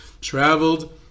traveled